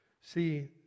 See